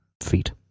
feet